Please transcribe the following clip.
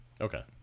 Okay